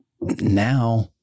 now